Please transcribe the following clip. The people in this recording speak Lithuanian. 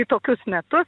į tokius metus